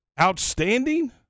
outstanding